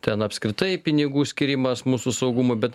ten apskritai pinigų skyrimas mūsų saugumui bet